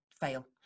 fail